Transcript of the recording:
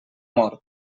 mort